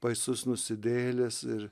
baisus nusidėjėlis ir